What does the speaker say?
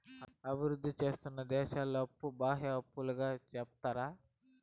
అభివృద్ధి సేందుతున్న దేశాల అప్పు బాహ్య అప్పుగా సెప్తారు